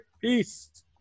Peace